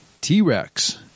T-Rex